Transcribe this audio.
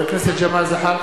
(קורא בשמות חברי הכנסת) ג'מאל זחאלקה,